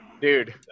Dude